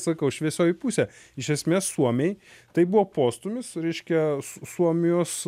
sakau šviesioji pusė iš esmės suomijai tai buvo postūmis reiškia s suomijos